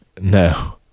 no